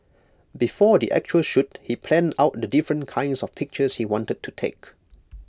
before the actual shoot he planned out the different kinds of pictures he wanted to take